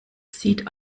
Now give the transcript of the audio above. sieht